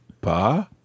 pas